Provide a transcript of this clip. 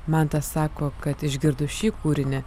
mantas sako kad išgirdus šį kūrinį